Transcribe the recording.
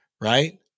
Right